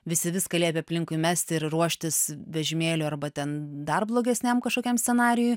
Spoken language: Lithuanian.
visi viską liepė aplinkui mesti ir ruoštis vežimėliui arba ten dar blogesniam kažkokiam scenarijui